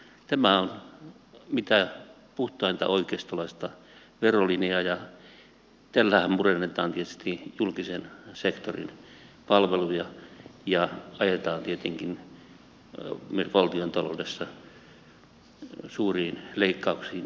tämä on mitä puhtainta oikeistolaista verolinjaa ja tällähän murennetaan tietysti julkisen sektorin palveluja ja ajetaan tietenkin meidät valtiontaloudessa suuriin leikkauksiin